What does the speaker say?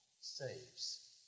saves